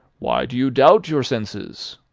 why do you doubt your senses?